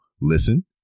listen